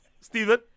Stephen